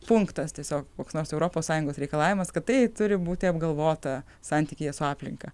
punktas tiesiog koks nors europos sąjungos reikalavimas kad tai turi būti apgalvota santykyje su aplinka